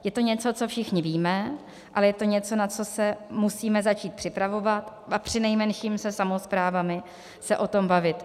Je to něco, co všichni víme, ale je to něco, na co se musíme začít připravovat a přinejmenším se samosprávami se o tom bavit.